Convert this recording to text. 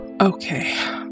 Okay